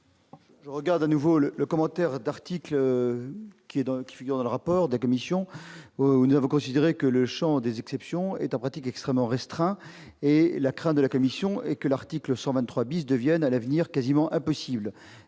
Je regarde à nouveau le commentaire d'article qui figure dans le rapport de la commission. Nous avons considéré que le champ des exceptions était en pratique extrêmement restreint. La crainte de la commission est que l'article 123 ne devienne à l'avenir quasiment impossible